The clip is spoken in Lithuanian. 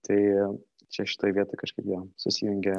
tai čia šitoj vietoj kažkaip jo susijungia